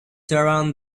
surround